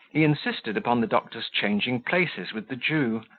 he insisted upon the doctor's changing places with the jew,